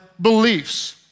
beliefs